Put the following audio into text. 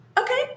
okay